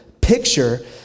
picture